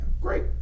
Great